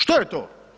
Što je to?